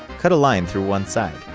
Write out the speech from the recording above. cut a line through one side,